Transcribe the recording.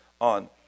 on